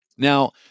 Now